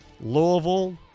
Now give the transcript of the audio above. Louisville